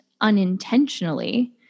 unintentionally